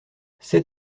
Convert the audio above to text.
sept